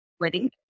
wedding